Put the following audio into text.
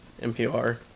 NPR